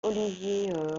olivier